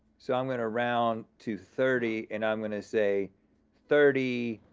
so i'm gonna around to thirty and i'm gonna say thirty